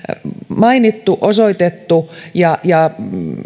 mainittu osoitettu ja ja